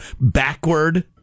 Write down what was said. Backward